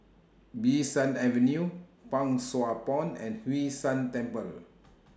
Bee San Avenue Pang Sua Pond and Hwee San Temple